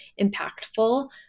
impactful